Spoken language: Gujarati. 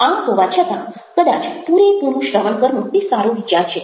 આમ હોવા છતાં કદાચ પૂરેપૂરું શ્રવણ કરવું તે સારો વિચાર છે